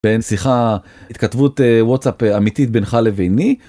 בין שיחה, התכתבות וואטסאפ אמיתית בינך לביני.